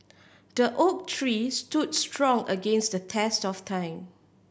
the oak tree stood strong against the test of time